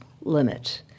limits